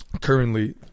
currently